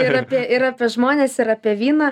ir apie ir apie žmones ir apie vyną